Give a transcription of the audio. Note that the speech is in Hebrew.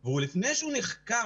אבל לפני שהוא נחקר.